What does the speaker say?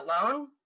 alone